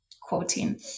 quoting